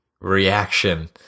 reaction